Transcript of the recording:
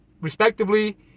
respectively